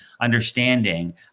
understanding